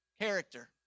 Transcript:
character